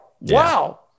Wow